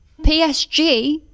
PSG